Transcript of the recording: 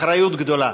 אחריות גדולה: